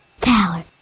Power